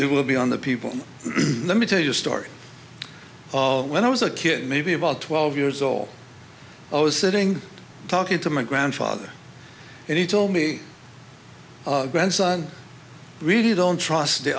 it will be on the people let me tell you a story of when i was a kid maybe about twelve years old i was sitting talking to my grandfather and he told me grandson really don't trust the